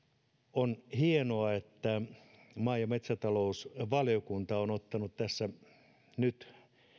on hienoa että maa ja metsätalousvaliokunta on ottanut tässä nyt